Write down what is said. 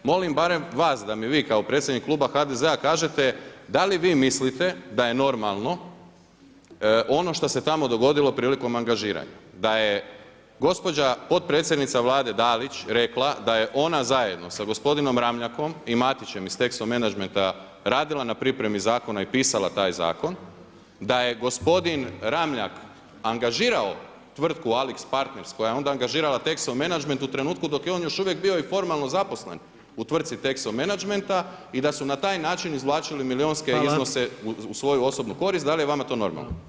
Molim barem vas da mi vi kao predsjednik kluba HDZ-a kažete da li vi mislite da je normalno ono što se tamo dogodilo prilikom angažiranja, da je gospođa potpredsjednica Vlade Dalić rekla da je ona zajedno sa gospodinom Ramljakom i Matićem iz Texo Menagmenta radila na pripremi zakona i pisala taj zakon, da je gospodin Ramljak angažirao tvrtku AlixPartners koja je onda je angažirala Texo Menagment u trenutku dok je on još uvijek bio i formalno zaposlen u tvrtci Texo Menagmenta i da su na taj način izvlačili milijunske iznose u svoju osobnu korist, da li je vama to normalno?